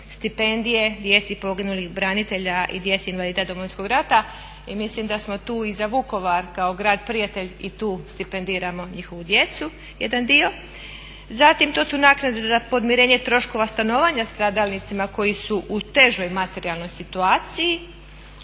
stipendije djeci poginulih branitelja i djeci invalida Domovinskog rata i mislim da smo tu i za Vukovar kao grad prijatelj i tu stipendiramo njihovu djecu jedan dio. Zatim to su naknade za podmirenje troškova stanovanja stradalnicima koji su u težoj materijalnoj situaciji.